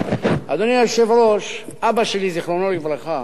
אדוני היושב-ראש, אבא שלי, זיכרונו לברכה,